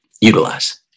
utilize